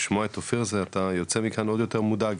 לשמוע את עומרי, אתה יוצא מפה עוד יותר מודאג.